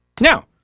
Now